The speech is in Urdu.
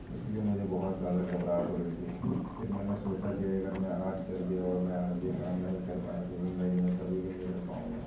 اِس لیے مجھے بہت زیادہ گھبراہٹ ہو رہی تھی پھر میں نے سوچا کہ اگر آج میں ڈر گیا اور میں آج یہ کام نہیں کر پایا تو زندگی میں کبھی بھی نہیں کر پاؤں گا